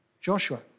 Joshua